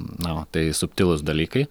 na va tai subtilūs dalykai